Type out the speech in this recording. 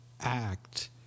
act